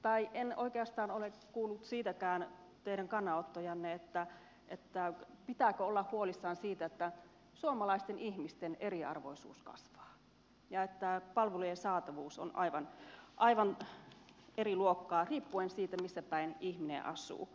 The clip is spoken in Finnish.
tai en oikeastaan ole kuullut teidän kannanottojanne siitäkään pitääkö olla huolissaan siitä että suomalaisten ihmisten eriarvoisuus kasvaa ja että palvelujen saatavuus on aivan eri luokkaa riippuen siitä missä päin ihminen asuu